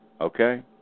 Okay